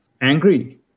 angry